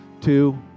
Two